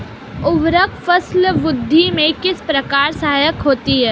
उर्वरक फसल वृद्धि में किस प्रकार सहायक होते हैं?